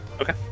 Okay